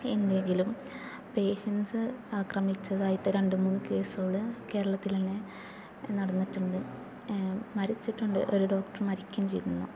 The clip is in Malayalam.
എന്തെങ്കിലും പേഷ്യൻസ് ആക്രമിച്ചതായിട്ട് രണ്ടു മൂന്ന് കേസുകള് കേരളത്തിൽ തന്നെ നടന്നിട്ടുണ്ട് മരിച്ചിട്ടുണ്ട് ഒരു ഡോക്ടർ മരിക്കുകയും ചെയ്തിരുന്നു